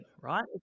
Right